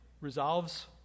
resolves